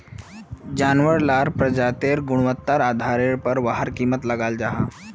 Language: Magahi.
जानवार लार प्रजातिर गुन्वात्तार आधारेर पोर वहार कीमत लगाल जाहा